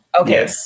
Okay